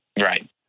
Right